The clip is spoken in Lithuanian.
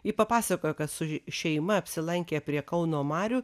ji papasakojo kad su šeima apsilankė prie kauno marių